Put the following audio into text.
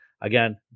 Again